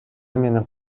менен